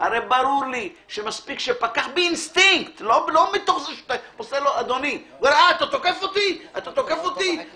ברור לי שפקח באינסטינקט יפעיל כוח.